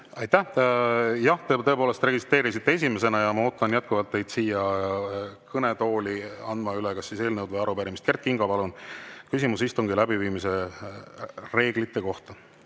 Aitäh! Jah, te tõepoolest registreerisite esimesena ja ma ootan jätkuvalt teid siia kõnetooli andma üle kas eelnõu või arupärimist. Kert Kingo, palun! Küsimus istungi läbiviimise reeglite kohta.